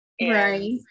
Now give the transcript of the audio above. Right